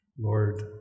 Lord